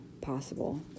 possible